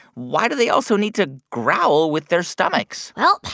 why do they also need to growl with their stomachs? well,